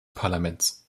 parlaments